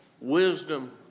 wisdom